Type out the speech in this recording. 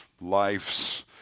lives